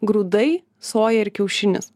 grūdai soja ir kiaušinis